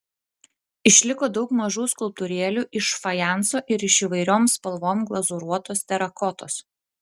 išliko daug mažų skulptūrėlių iš fajanso ir iš įvairiom spalvom glazūruotos terakotos